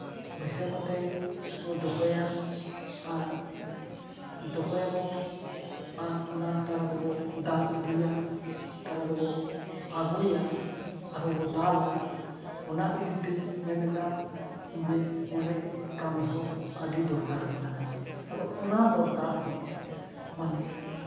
ᱵᱟᱹᱭᱥᱟᱹᱣ ᱠᱟᱛᱮ ᱵᱚ ᱫᱚᱦᱚᱭᱟ ᱟᱨ ᱫᱚᱦᱚᱭᱟᱵᱚ ᱚᱱᱟ ᱛᱟᱨᱟ ᱛᱮᱵᱚ ᱫᱟᱞ ᱤᱫᱤᱭᱟ ᱛᱟᱨᱟ ᱫᱚᱵᱚ ᱟᱹᱜᱩᱭᱟ ᱟᱨᱦᱚᱸ ᱵᱚ ᱫᱟᱞᱼᱟ ᱚᱱᱟ ᱤᱫᱤᱛᱮ ᱢᱮᱱ ᱮᱫᱟ ᱡᱮ ᱚᱸᱰᱮ ᱠᱟᱹᱢᱤᱦᱚᱲ ᱟᱹᱰᱤ ᱫᱚᱨᱠᱟᱨᱚᱜ ᱠᱟᱱᱟ ᱟᱫᱚ ᱚᱱᱟ ᱫᱚᱨᱠᱟᱨ ᱫᱚ ᱢᱟᱱᱮ